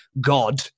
God